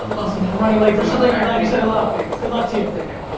awesome man, i'm running late for something, i'm glad you said hello. thanks. good luck to you. gary!